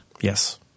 Yes